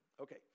Okay